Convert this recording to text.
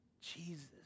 Jesus